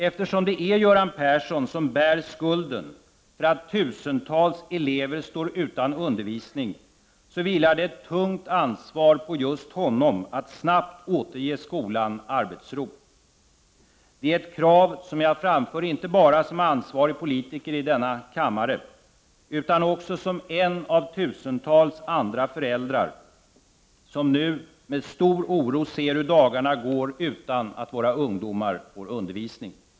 Eftersom det är Göran Persson som bär skulden för att tusentals elever står utan undervisning, vilar det ett tungt ansvar på honom att snabbt återge skolan arbetsro. Det är ett krav som jag framför inte bara som ansvarig politiker i denna kammare utan också som en av tusentals andra föräldrar, som nu med stor oro ser hur dagarna går utan att våra ungdomar får undervisning.